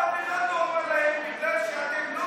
אף אחד לא אומר להם: בגלל שאתם לא